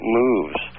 moves